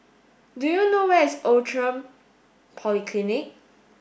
do you know where is Outram Polyclinic